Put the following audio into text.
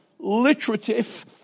literative